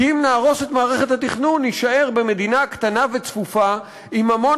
כי אם נהרוס את מערכת התכנון נישאר במדינה קטנה וצפופה עם המון